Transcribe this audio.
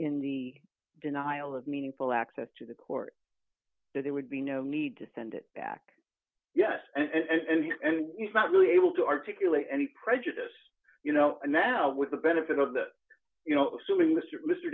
in the denial of meaningful access to the court that it would be no need to send it back yes and not really able to articulate any prejudice you know and now with the benefit of that you know assuming mr mr